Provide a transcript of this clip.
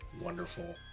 Wonderful